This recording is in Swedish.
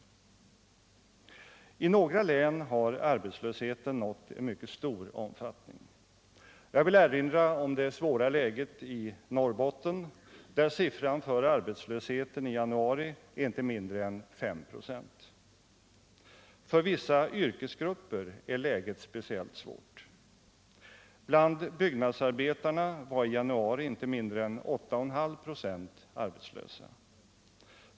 I några län har arbetslösheten nått en mycket stor omfattning. Jag vill erinra om det svåra läget i Norrbotten, där siffran för arbetslösheten i januari är inte mindre än 5 "5. För vissa yrkesgrupper är läget speciellt svårt. Bland byggnadsarbetarna var i januari inte mindre än 8,5 6 arbetslösa.